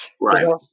right